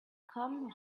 come